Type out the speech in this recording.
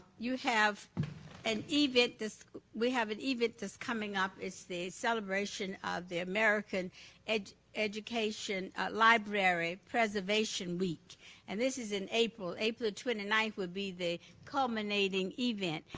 you have an event, this we have an event that's coming up, it's the celebration of the american and education library preservation week and this is in april. april the twenty ninth would be the culminating event.